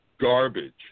garbage